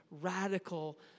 radical